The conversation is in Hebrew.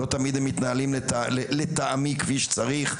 לא תמיד הם מתנהלים לטעמי כפי שצריך,